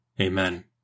Amen